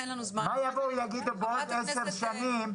מה יגידו בעוד עשר שנים?